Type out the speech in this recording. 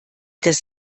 das